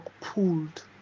pulled